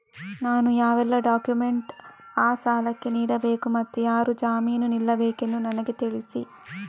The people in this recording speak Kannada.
ನಾನು ಯಾವೆಲ್ಲ ಡಾಕ್ಯುಮೆಂಟ್ ಆ ಸಾಲಕ್ಕೆ ನೀಡಬೇಕು ಮತ್ತು ಯಾರು ಜಾಮೀನು ನಿಲ್ಲಬೇಕೆಂದು ನನಗೆ ತಿಳಿಸಿ?